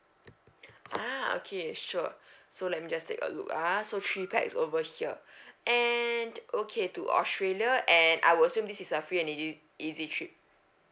ah okay sure so let me just take a look ah so three pax over here and okay to australia and I will assume this is a free ea~ easy trip